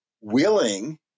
willing